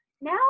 now